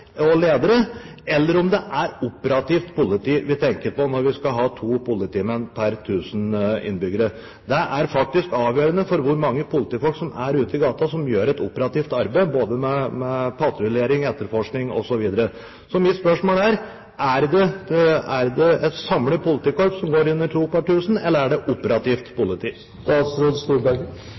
og ledere, eller om det er operativt politi når vi snakker om at vi skal ha to politimenn per 1 000 innbyggere. Det er faktisk avgjørende hvor mange politifolk som er ute i gaten og som gjør et operativt arbeid både med patruljering, etterforskning osv. Så mitt spørsmål er: Er det et samlet politikorps som går inn under disse to per 1000, eller er det operativt politi?